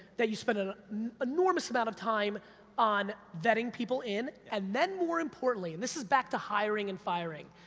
that you spend an enormous amount of time on vetting people in, and then, more importantly, and this is back to hiring and firing,